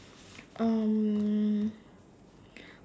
um